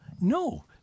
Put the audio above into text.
No